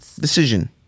decision